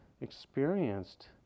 experienced